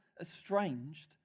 estranged